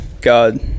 God